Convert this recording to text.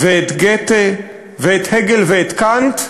ואת גתה, ואת הגל ואת קאנט,